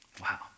Wow